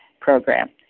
program